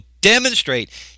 demonstrate